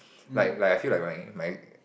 like like I feel like my my